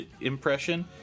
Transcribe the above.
impression